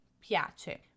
piace